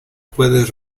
puedes